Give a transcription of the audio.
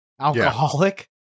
alcoholic